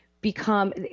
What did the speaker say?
become